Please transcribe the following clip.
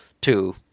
two